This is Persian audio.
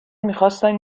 میخواستم